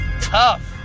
tough